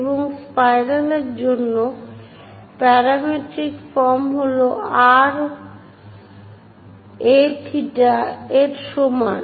এবং স্পাইরাল এর জন্য প্যারামেট্রিক ফর্ম হল R হল Aথিটা এর সমান